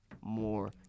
more